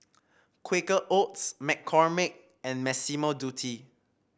Quaker Oats McCormick and Massimo Dutti